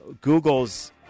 Google's